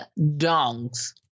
dongs